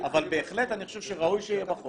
אבל בהחלט אני חושב שראוי שיהיה בחוק